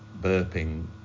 burping